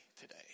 today